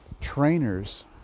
trainers